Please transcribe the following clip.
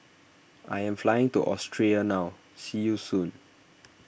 I am flying to Austria now see you soon